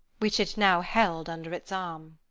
which it now held under its arm.